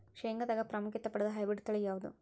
ಶೇಂಗಾದಾಗ ಪ್ರಾಮುಖ್ಯತೆ ಪಡೆದ ಹೈಬ್ರಿಡ್ ತಳಿ ಯಾವುದು?